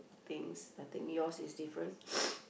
things I think your is different